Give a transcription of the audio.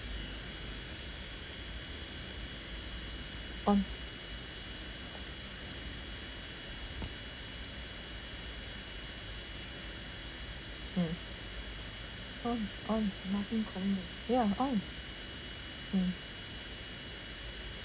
on mm on on nothing calling me ya on mm